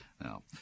Now